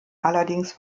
allerdings